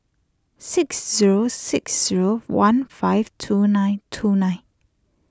six zero six zero one five two nine two nine